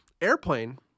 airplane